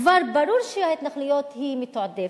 כבר ברור שההתנחלויות הן מתועדפות.